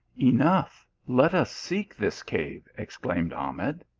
enough, let us seek this cave, exclaimed ahmed.